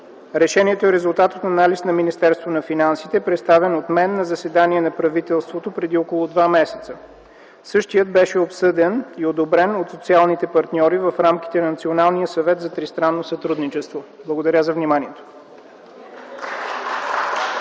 Решението е резултат от анализ на Министерството на финансите, представен от мен на заседание на правителството преди около два месеца. Същият беше обсъден и одобрен от социалните партньори в рамките на Националния съвет за тристранно сътрудничество. Благодаря за вниманието.